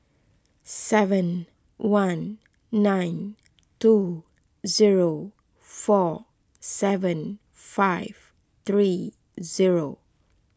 seven one nine two zero four seven five three zero